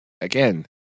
again